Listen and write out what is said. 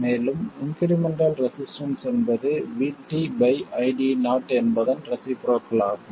மேலும் incremental resistance என்பது Vt ID0 என்பதன் ரெஸிபுரோக்கள் ஆகும்